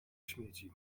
śmieci